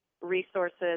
resources